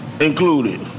included